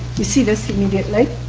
you see this immediately.